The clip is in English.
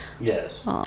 Yes